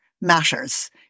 matters